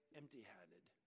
empty-handed